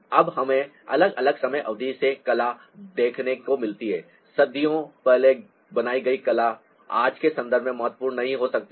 अब हमें अलग अलग समय अवधि से कला देखने को मिलती है सदियों पहले बनाई गई कला आज के संदर्भ में महत्वपूर्ण नहीं हो सकती है